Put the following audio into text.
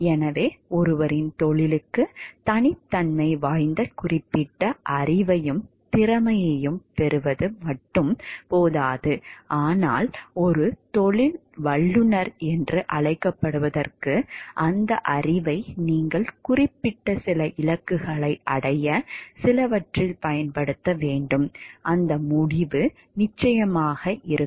எனவே ஒருவரின் தொழிலுக்குத் தனித்தன்மை வாய்ந்த குறிப்பிட்ட அறிவையும் திறமையையும் பெறுவது மட்டும் போதாது ஆனால் ஒரு தொழில் வல்லுநர் என்று அழைக்கப்படுவதற்கு அந்த அறிவை நீங்கள் குறிப்பிட்ட சில இலக்குகளை அடைய சிலவற்றில் பயன்படுத்த வேண்டும் அந்த முடிவு நிச்சயமாக இருக்கும்